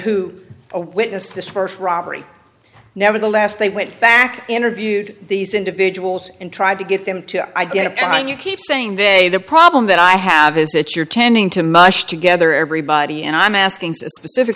who witnessed this first robbery nevertheless they went back interviewed these individuals and tried to get them to identify and you keep saying day the problem that i have is it your tending to mush together everybody and i'm asking